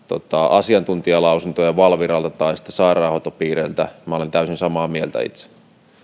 asiantuntijalausuntoja valviralta tai sitten sairaanhoitopiireiltä minä olen täysin samaa mieltä itse